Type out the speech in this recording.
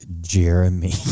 Jeremy